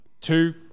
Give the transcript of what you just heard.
Two